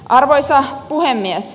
arvoisa puhemies